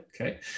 Okay